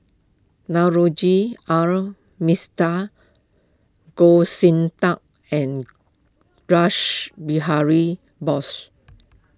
Navroji R Mistri Goh Sin Tub and Rash Behari Bose